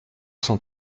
cent